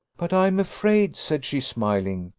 but i am afraid, said she, smiling,